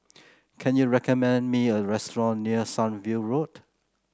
can you recommend me a restaurant near Sunview Road